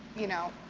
you know,